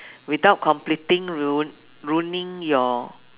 without completing ruin~ ruining your